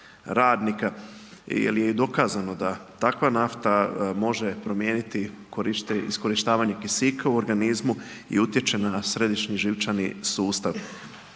radnika jel je dokazano da takva nafta može promijeniti iskorištavanje kisika u organizmu i utječe na središnji živčani sustav.